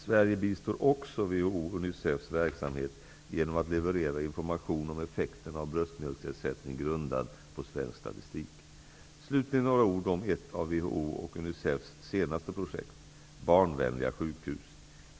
Sverige bistår också WHO:s och Unicefs verksamhet genom att leverera information om effekterna av bröstmjölksersättning grundad på svensk statistik. Slutligen några ord om ett av WHO:s och Unicefs senaste projekt: barnvänliga sjukhus.